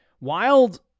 wild